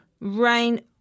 Rain